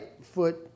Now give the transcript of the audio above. foot